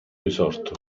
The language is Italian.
risorto